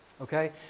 Okay